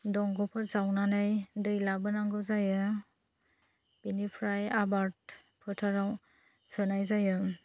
दंग'फोर जावनानै दै लाबोनांगौ जायो बिनिफ्राय आबाद फोथाराव सोनाय जायो